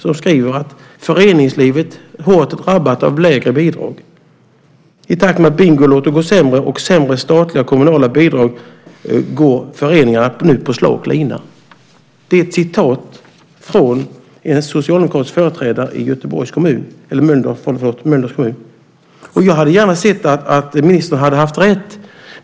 Man skriver att föreningslivet är hårt drabbat av lägre bidrag. "I takt med att Bingolotto går allt sämre och sämre statliga och kommunala bidrag går många föreningar på slak lina." Detta är ett citat från en socialdemokratisk företrädare i Mölndals kommun. Jag hade gärna sett att ministern hade haft rätt.